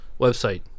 website